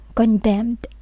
condemned